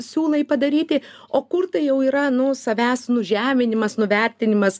siūlai padaryti o kur tai jau yra nu savęs nužeminimas nuvertinimas